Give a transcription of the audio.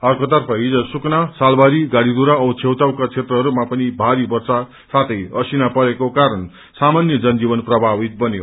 अर्कोतर्फ हिज सुकना सालवारी गाड़ीघुरा औ छेउडाउका क्षेत्रहरूमा भारी वर्षा साथै असिना परेको कारण सामान्य जनजीवन प्रभावित बन्यो